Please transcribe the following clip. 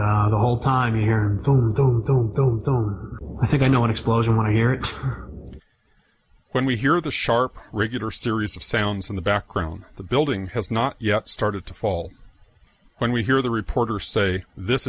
mind the whole time though i think i know an explosion when i hear it when we hear the sharp regular series of sounds in the background the building has not yet started to fall when we hear the reporter say this